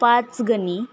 Panchgani